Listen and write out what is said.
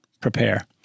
prepare